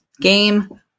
game